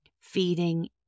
feeding